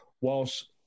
whilst